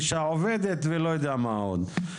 אישה עובדת ולא יודע מה עוד.